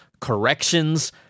corrections